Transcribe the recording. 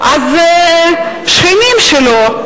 שכנים שלו,